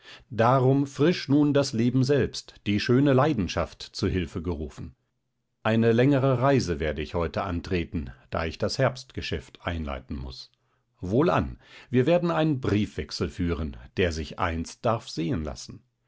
darum frisch nun das leben selbst die schöne leidenschaft zu hilfe gerufen eine längere reise werde ich heute antreten da ich das herbstgeschäft einleiten muß wohlan wir werden einen briefwechsel führen der sich einst darf sehen lassen